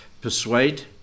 persuade